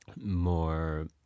more